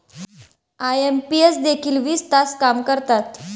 IMPS देखील वीस तास काम करतात?